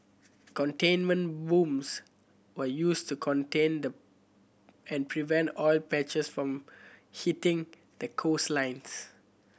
containment booms were used to contain and prevent oil patches from hitting the coastlines